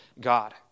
God